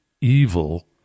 evil